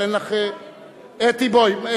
אתי, בואי.